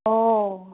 ꯑꯣ